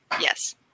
Yes